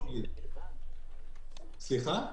סליחה?